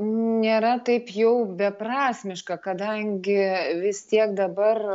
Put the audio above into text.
nėra taip jau beprasmiška kadangi vis tiek dabar